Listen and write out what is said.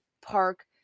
park